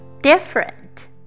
different